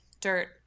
dirt